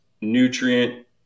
nutrient